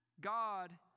God